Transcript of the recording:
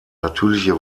natürliche